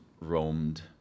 roamed